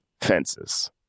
fences